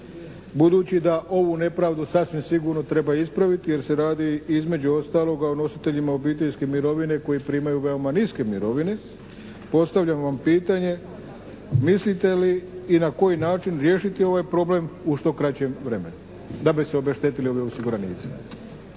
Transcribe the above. budući da ovu nepravdu sasvim sigurno treba ispraviti jer se radi između ostaloga o nositeljima obiteljske mirovine koji primaju veoma niske mirovine postavljamo vam pitanje mislite li i na koji način riješiti ovaj problem u što kraćem vremenu da bi se obeštetili ovi osiguranici.